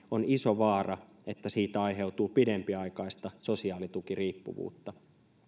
on iso vaara että siitä aiheutuu pidempiaikaista sosiaalitukiriippuvuutta